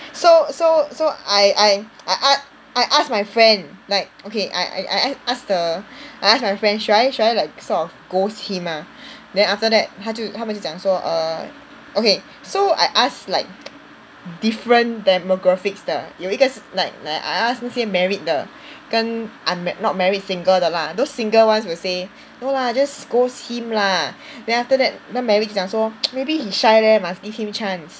so so so I I I as~ I asked my friend like okay I I I asked the ask my friend should I should I like sort of ghost him ah then after that 他就他们就讲说 err okay so I ask like different demographics 的有一个是 like like I ask 那些 married 的跟 unmar~ not married single 的 lah those single ones will say no lah just ghost him lah then after that 那个 married 就讲说 maybe he shy leh must give him chance